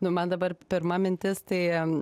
nu man dabar pirma mintis tai